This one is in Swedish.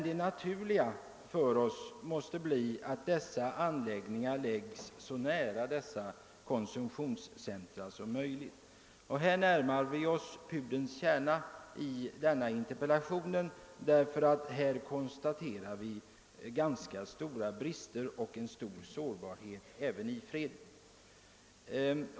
Det naturliga måste vara att dessa anläggningar placeras så nära våra konsumtionscentra som möjligt. Här närmar vi oss pudelns kärna i min interpellation, ty i detta avseende kan vi konstatera ganska stora brister och en stor sårbarhet även i fred.